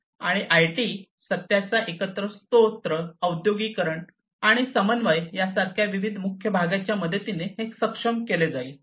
आणि आयटी सत्याचा एकल स्रोत औद्योगिकीकरण आणि समन्वय यासारख्या विविध मुख्य भागांच्या मदतीने हे सक्षम केले जाईल